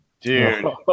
Dude